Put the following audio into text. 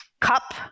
cup